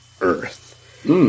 Earth